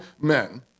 men